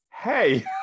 hey